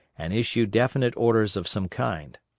and issue definite orders of some kind.